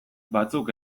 batzuk